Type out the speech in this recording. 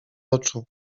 oczu